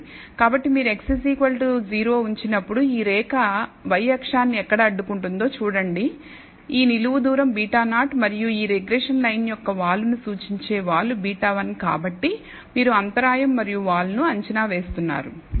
కాబట్టి మీరు x 0 ఉంచినప్పుడు ఈ రేఖ y అక్షాన్ని ఎక్కడ అడ్డుకుంటుందో చూడండి ఈ నిలువు దూరం β0 మరియు ఈ రిగ్రెషన్ లైన్ యొక్క వాలును సూచించే వాలు β1 కాబట్టి మీరు అంతరాయం మరియు వాలును అంచనా వేస్తున్నారు